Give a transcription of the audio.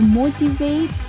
motivate